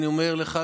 אני אומר לך,